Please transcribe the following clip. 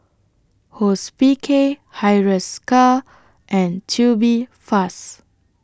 Hospicare Hiruscar and Tubifast